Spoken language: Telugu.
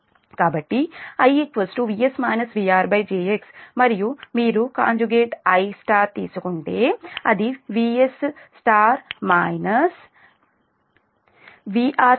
కాబట్టి I VS VRjxమరియు మీరు కంజుగేట్ I తీసుకుంటే అది VS VRjxఅవుతుంది